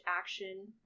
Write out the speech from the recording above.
action